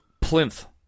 plinth